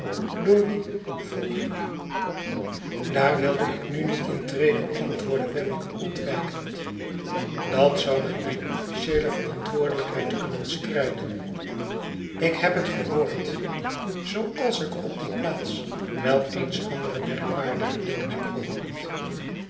door wien vroeg ik daar wilde ik nu niet in treden antwoordde wemmick ontwijkend dat zou met mijne officieele verantwoordelijkheid kunnen strijden ik heb het gehoord zooals ik op die plaats wel eens andere merkwaardige dingen heb gehoord